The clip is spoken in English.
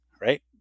right